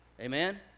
Amen